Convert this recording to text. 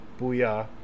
booyah